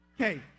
Okay